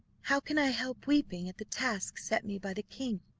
how can i help weeping at the task set me by the king.